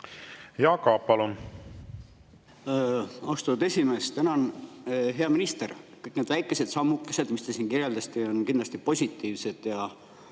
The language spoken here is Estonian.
Jaak Aab, palun! Austatud esimees, tänan! Hea minister! Kõik need väikesed sammukesed, mida te siin kirjeldasite, on kindlasti positiivsed ja